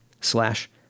slash